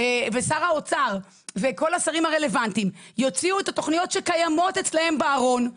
שר האוצר וכל השרים הרלוונטיים יוציאו את התוכניות שקיימות אצלם בארון,